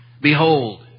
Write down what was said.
behold